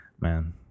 man